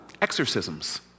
exorcisms